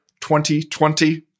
2020